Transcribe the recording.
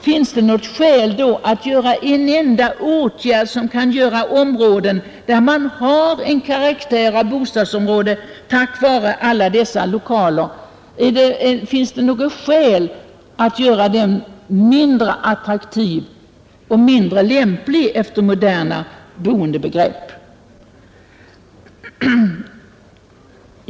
Finns det något skäl då att vidtaga en enda åtgärd som kan göra områden, där man har en karaktär av bostadsområde tack vare alla dessa lokaler, mindre attraktiva och mindre lämpliga enligt moderna boendebegrepp?